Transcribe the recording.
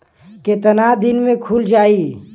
कितना दिन में खुल जाई?